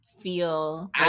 feel